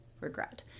regret